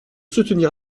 soutenir